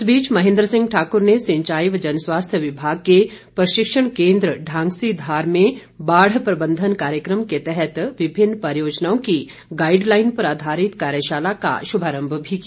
इस बीच महेंद्र सिंह ठाकुर ने सिंचाई व जनस्वास्थ्य विभाग के प्रशिक्षण केंद्र ढांगसीधार में बाढ़ प्रबंधन कार्यक्रम के तहत विभिन्न परियोजनाओं की गाईड लाईन पर आधारित कार्यशाला का शुभारम्भ भी किया